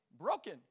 broken